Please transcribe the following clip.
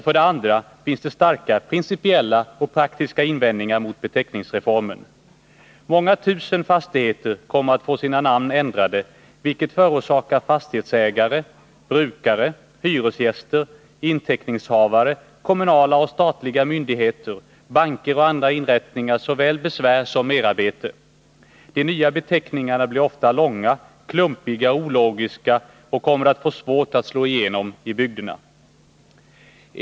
För det andra finns det starka principiella och praktiska invändningar mot beteckningsreformen. Många tusen fastigheter kommer att få sina namn ändrade, vilket förorsakar fastighetsägare, brukare, hyresgäster, inteckningshavare, kommunala och statliga myndigheter, banker och andra inrättningar såväl besvär som merarbete. De nya beteckningarna blir ofta långa, klumpiga och ologiska och kommer att få svårt att slå igenom i bygderna.